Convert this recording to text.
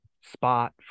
spot